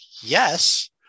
yes